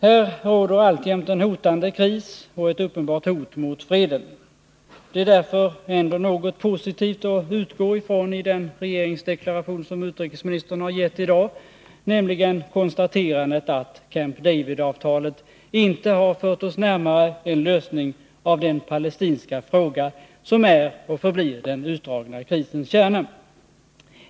Här råder alltjämt en hotande kris och ett uppenbart hot mot freden. Det är därför ändå något positivt att utgå ifrån i den regeringsdeklaration som utrikesministern har gett i dag, nämligen konstaterandet att Camp Davidavtalet inte har fört oss närmare en lösning av den palestinska frågan, som är och förblir den utdragna krisens kärna.